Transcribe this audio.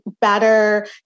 better